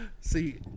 See